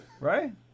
Right